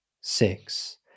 six